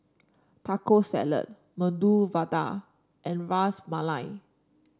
Taco Salad Medu Vada and Ras Malai